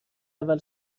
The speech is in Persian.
اول